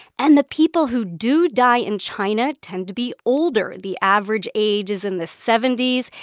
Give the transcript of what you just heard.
and the people who do die in china tend to be older. the average age is in the seventy s.